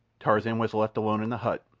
tarzan was left alone in the hut,